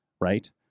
right